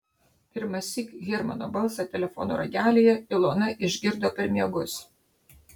pirmąsyk hermano balsą telefono ragelyje ilona išgirdo per miegus